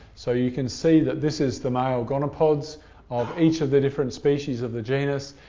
so you can see that this is the male gonopods of each of the different species of the genus,